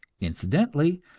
incidentally,